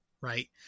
right